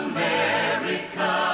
America